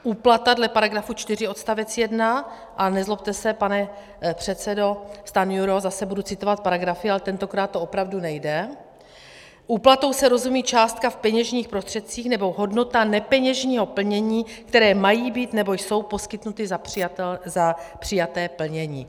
Úplata dle § 4 odst. 1 nezlobte se, pane předsedo Stanjuro, zase budu citovat paragrafy, ale tentokrát to opravdu jinak nejde úplatou se rozumí částka v peněžních prostředcích nebo hodnota nepeněžního plnění, které mají být nebo jsou poskytnuty za přijaté plnění.